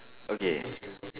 okay